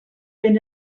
been